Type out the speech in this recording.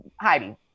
Heidi